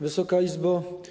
Wysoka Izbo!